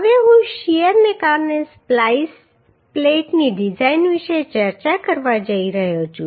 હવે હું શીયરને કારણે સ્પ્લાઈસ પ્લેટની ડિઝાઈન વિશે ચર્ચા કરવા જઈ રહ્યો છું